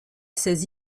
ces